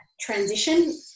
transition